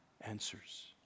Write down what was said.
answers